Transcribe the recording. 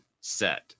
set